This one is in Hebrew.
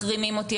מחרימים אותי.